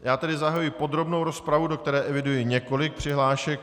Já tedy zahajuji podrobnou rozpravu, do které eviduji několik přihlášek.